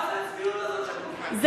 מה זה הצביעות הזאת של, ?